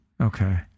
Okay